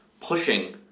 pushing